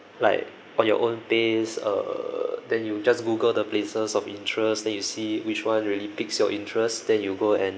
like on your own pace uh than you just google the places of interest then you see which one really picks your interest then you go and